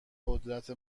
قدرت